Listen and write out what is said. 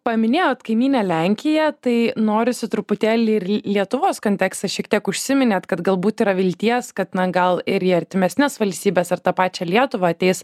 paminėjot kaimynę lenkiją tai norisi truputėlį ir lietuvos konteks šiek tiek užsiminėt kad galbūt yra vilties kad na gal ir į artimesnes valstybes ar tą pačią lietuvą ateis